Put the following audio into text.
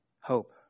hope